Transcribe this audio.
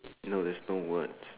no there's no words